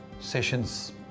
sessions